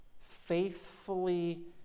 faithfully